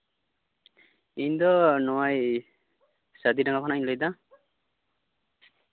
ᱤᱧ ᱫᱚ ᱱᱚᱜᱼᱚᱭ ᱥᱟᱫᱤᱰᱟᱸᱜᱟ ᱠᱷᱚᱱᱟᱜ ᱤᱧ ᱞᱟᱹᱭᱮᱫᱟ